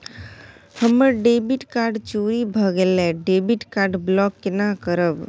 हमर debit card चोरी भगेलै डेबिट कार्ड ब्लॉक केना करब?